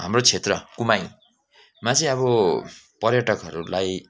हाम्रो क्षेत्र कुमाईमा चाहिँ अब पर्यटकहरूलाई